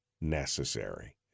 necessary